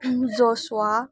joshua